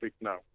now